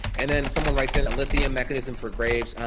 and then, someone writes in, a lithium mechanism for graves', ah,